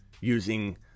using